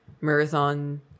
marathon